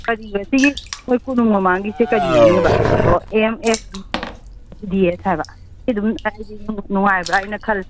ꯀꯔꯤꯕ ꯁꯤꯒꯤ ꯃꯣꯏ ꯀꯣꯅꯨꯡ ꯃꯃꯥꯡꯒꯤꯁꯦ ꯀꯔꯤ ꯃꯃꯤꯡ ꯍꯥꯏꯕ ꯑꯣ ꯑꯦꯝ ꯑꯦꯐ ꯗꯦ ꯑꯦꯁ ꯍꯥꯏꯕ ꯁꯤ ꯑꯗꯨꯝ ꯑꯩꯗꯤ ꯅꯨꯡꯉꯥꯏꯕ꯭ꯔ ꯍꯥꯏꯅ ꯈꯜꯂꯤ